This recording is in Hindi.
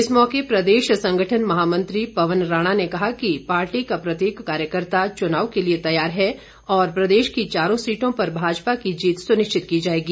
इस मौके प्रदेश संगठन महामंत्री पवन राणा ने कहा कि पार्टी का प्रत्येक कार्यकर्ता चुनाव के लिए तैयार है और प्रदेश की चारों सीटों पर भाजपा की जीत सुनिश्चित की जाएगी